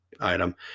item